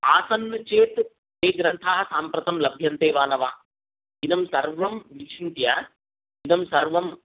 आसन् चेत् ते ग्रन्थाः साम्प्रतं लभ्यन्ते वा न वा इदं सर्वं विचिन्त्य इदं सर्वं